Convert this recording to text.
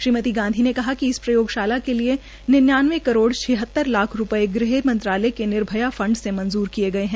ीम त गांधी ने कहा क इस योगशाला के लए न यानवे करोड़ छह तर लाख पये गृह मं ालय के नभया पंड से मंजूर कए गए है